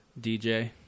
DJ